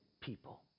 people